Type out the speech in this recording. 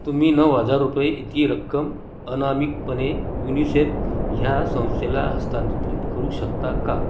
तुम्ही नऊ हजार रुपये इतकी रक्कम अनामिकपणे युनिसेफ ह्या संस्थेला हस्तांतरित करू शकता का